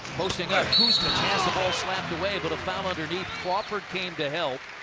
posting up, kuzmic has the ball slapped away. but a foul underneath. crawford came to help.